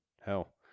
Hell